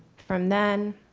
from then,